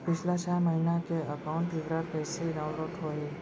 पिछला छः महीना के एकाउंट विवरण कइसे डाऊनलोड होही?